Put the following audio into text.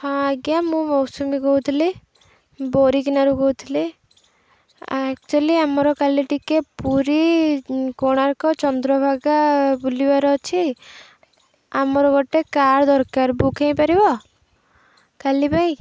ହଁ ଆଜ୍ଞା ମୁଁ ମୌସୁମୀ କହୁଥିଲି ବୋରିକିନାରୁ କହୁଥିଲି ଆକ୍ଚୁଆଲି ଆମର କାଲି ଟିକେ ପୁରୀ କୋଣାର୍କ ଚନ୍ଦ୍ରଭାଗା ବୁଲିବାର ଅଛି ଆମର ଗୋଟେ କାର୍ ଦରକାର ବୁକ୍ ହେଇପାରିବ କାଲି ପାଇଁ